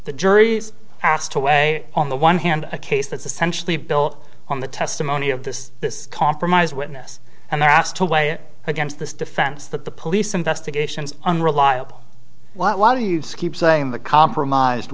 the jury's asked to weigh on the one hand a case that's essentially built on the testimony of this this compromise witness and they're asked to weigh it against this defense that the police investigations unreliable what a lot of use keep saying the compromised